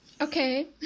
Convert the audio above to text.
Okay